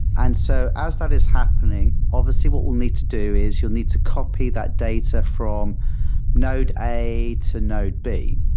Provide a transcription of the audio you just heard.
and so as that is happening, obviously what we'll need to do is you'll need to copy that data from node a to node b.